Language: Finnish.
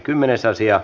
asia